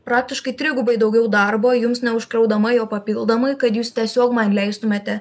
praktiškai trigubai daugiau darbo jums neužkraudama jo papildomai kad jūs tiesiog man leistumėte